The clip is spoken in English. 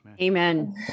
Amen